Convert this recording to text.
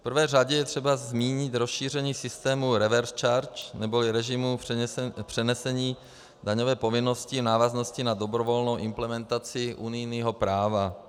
V prvé řadě je třeba zmínit rozšíření systému reverse charge neboli režimu přenesení daňové povinnosti v návaznosti na dobrovolnou implementaci unijního práva.